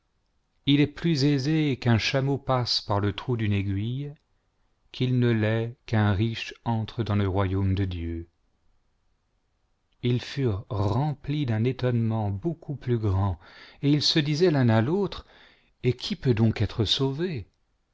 royaume de plus aisé qu'un chameau passe par le trou d'une aiguille qu'il ne l'est qu'un riche entre dans le royaume de dieu ils furent i emplis d'un étonnement beaucoup pins grand et ils se disaient l'un à fautre et qui peut donc être sauvé